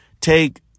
take